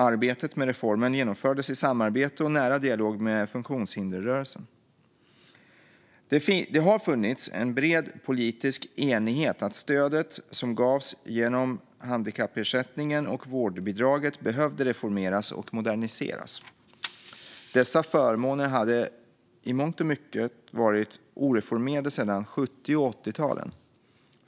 Arbetet med reformen genomfördes i samarbete och nära dialog med funktionshindersrörelsen. Det har funnits en bred politisk enighet om att stödet som gavs genom handikappersättningen och vårdbidraget behövde reformeras och moderniseras. Dessa förmåner hade i mångt och mycket varit oreformerade sedan 70 och 80-talen.